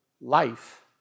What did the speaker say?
life